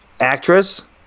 Actress